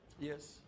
yes